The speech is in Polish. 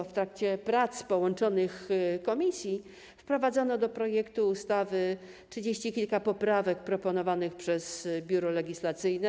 W trakcie prac połączonych komisji wprowadzono do projektu ustawy trzydzieści kilka poprawek proponowanych przez Biuro Legislacyjne.